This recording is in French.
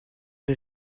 les